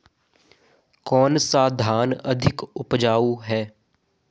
कौन सा धान अधिक उपजाऊ है?